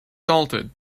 salted